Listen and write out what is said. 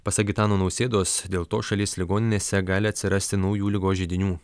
pasak gitano nausėdos dėl to šalies ligoninėse gali atsirasti naujų ligos židinių